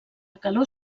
calor